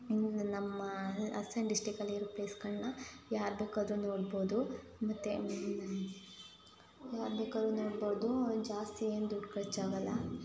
ಇನ್ನೂ ನಮ್ಮ ಹಾಸನ ಡಿಸ್ಟಿಕಲ್ಲಿರೋ ಪ್ಲೇಸ್ಗಳನ್ನ ಯಾರು ಬೇಕಾದ್ರೂ ನೋಡ್ಬೋದು ಮತ್ತು ಯಾರು ಬೇಕಾದ್ರೂ ನೋಡ್ಬೋದು ಜಾಸ್ತಿ ಏನು ದುಡ್ಡು ಖರ್ಚಾಗಲ್ಲ